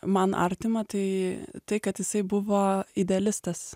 man artima tai tai kad jisai buvo idealistas